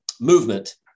movement